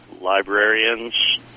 librarians